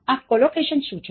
આ Collocation શું છે